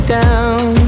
down